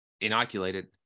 inoculated